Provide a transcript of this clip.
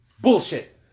Bullshit